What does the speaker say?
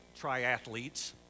triathletes